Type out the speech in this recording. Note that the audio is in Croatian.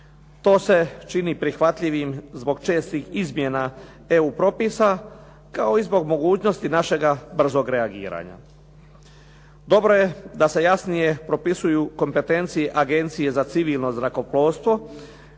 To se čini prihvatljivim zbog čestih izmjena EU propisa kao i zbog mogućnosti našeg brzog reagiranja. Dobro je da se jasnije propisuju kompetencije Agencije za civilno zrakoplovstvo